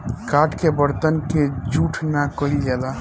काठ के बरतन के जूठ ना कइल जाला